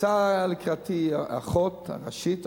יצאה לקראתי האחות הראשית.